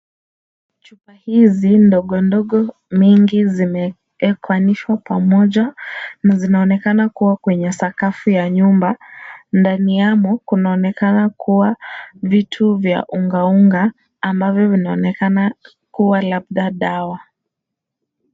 Chupa hizi ndogondogo mingi zimeekanishwa pamoja na zinaonekana kuwa kwenye sakafu ya nyumba. Ndani yamo, kunaonekana kuwa vitu vya unga unga, ambavyo vinaonekana kuwa labda dawa.